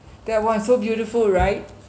that one's so beautiful right